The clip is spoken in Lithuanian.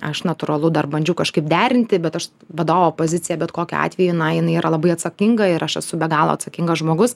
aš natūralu dar bandžiau kažkaip derinti bet aš vadovo pozicija bet kokiu atveju na jinai yra labai atsakinga ir aš esu be galo atsakingas žmogus